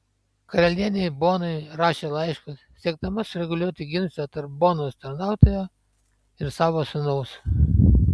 karalienei bonai rašė laiškus siekdama sureguliuoti ginčą tarp bonos tarnautojo ir savo sūnaus